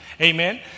Amen